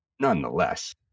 Nonetheless